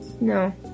No